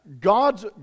God's